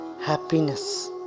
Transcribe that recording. happiness